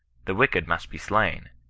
the wicked must be slain.